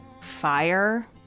fire